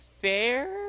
fair